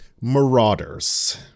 Marauders